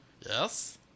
Yes